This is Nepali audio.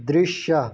दृश्य